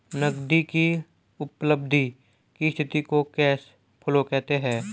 नगदी की उपलब्धि की स्थिति को कैश फ्लो कहते हैं